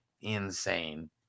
Insane